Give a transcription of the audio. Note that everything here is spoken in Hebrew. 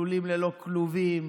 לולים ללא כלובים,